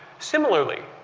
similarly,